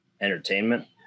entertainment